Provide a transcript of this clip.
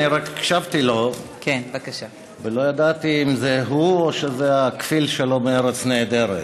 אני רק הקשבתי לו ולא ידעתי אם זה הוא או שזה הכפיל שלו מארץ נהדרת.